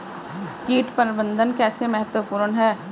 कीट प्रबंधन कैसे महत्वपूर्ण है?